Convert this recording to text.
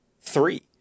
Three